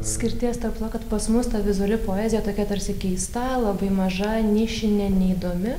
skirties tarp kad pas mus ta vizuali poezija tokia tarsi keista labai maža nišinė neįdomi